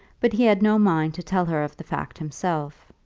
but he had no mind to tell her of the fact himself.